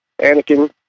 Anakin